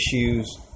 issues